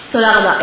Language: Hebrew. תודה רבה.